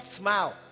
smile